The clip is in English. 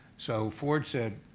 so ford said,